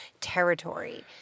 territory